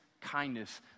kindness